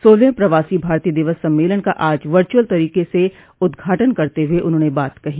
सोलहवें प्रवासी भारतीय दिवस सम्मेलन का आज वर्चुअल तरीके से उद्घाटन करते हुए उन्होंने यह बात कही